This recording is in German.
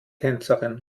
tänzerin